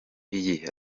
iyi